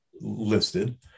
listed